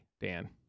Dan